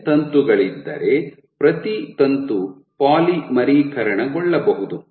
N ತಂತುಗಳಿದ್ದರೆ ಪ್ರತಿ ತಂತು ಪಾಲಿಮರೀಕರಣಗೊಳ್ಳಬಹುದು